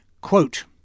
Quote